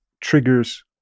triggers